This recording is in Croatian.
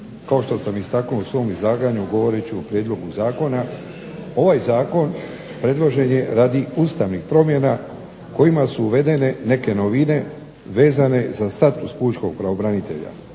Kao što sam istaknuo u svom izlaganju govorit ću o prijedlogu zakona. Ovaj zakon predložen je radi ustavnih promjena kojima su uvedene neke novine vezane za status pučkog pravobranitelja